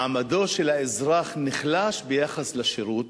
מעמדו של האזרח נחלש ביחס לשירות